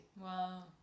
wow